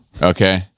Okay